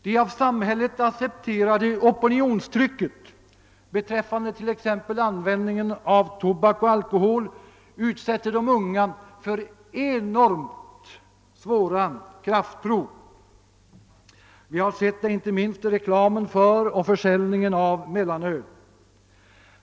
Det av samhället accepterade opinionstrycket beträffande t.ex. användning av tobak och alkohol utsätter de unga för enormt svåra kraftprov. Vi har sett detta inte minst när det gäller reklamen för och försäljningen av mellanöl.